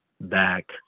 back